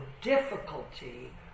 difficulty